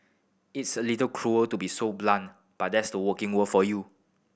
it's a little cruel to be so blunt but that's the working world for you